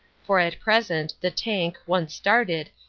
for at present the tank, once started,